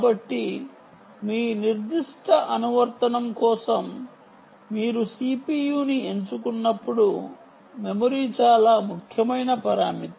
కాబట్టి మీ నిర్దిష్ట అనువర్తనం కోసం మీరు CPU ని ఎంచుకున్నప్పుడు మెమరీ చాలా ముఖ్యమైన పరామితి